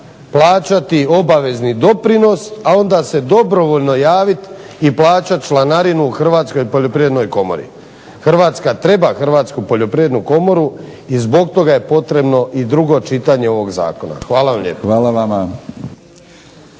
plaćati obavezni doprinos, a onda se dobrovoljno javiti i plaćat članarinu Hrvatskoj poljoprivrednoj komori. Hrvatska treba Hrvatsku poljoprivrednu komoru i zbog toga je potrebno i drugo čitanje ovog zakona. Hvala vam lijepo. **Batinić,